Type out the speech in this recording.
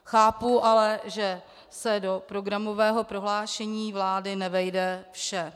Chápu ale, že se do programového prohlášení vlády nevejde vše.